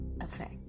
effect